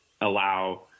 allow